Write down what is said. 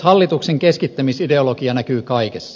hallituksen keskittämisideologia näkyy kaikessa